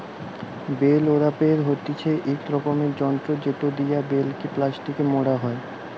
bell wrapper হতিছে ইক রকমের যন্ত্র জেটো দিয়া বেল কে প্লাস্টিকে মোড়া হই